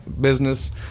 business